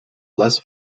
less